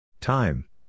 Time